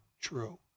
true